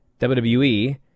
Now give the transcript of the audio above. WWE